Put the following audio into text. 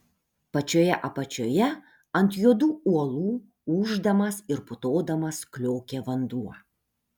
pačioje apačioje ant juodų uolų ūždamas ir putodamas kliokė vanduo